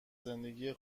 زندگی